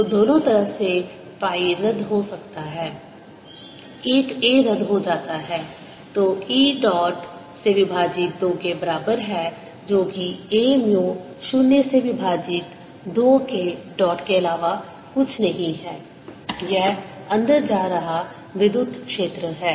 तो दोनों तरफ से पाई रद्द हो सकता है एक a रद्द हो जाता है तो E B डॉट से विभाजित 2 के बराबर है जो कि a म्यू 0 से विभाजित 2 K डॉट के अलावा कुछ नहीं है यह अंदर जा रहा विद्युत क्षेत्र है